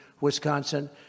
Wisconsin